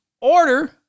order